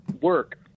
work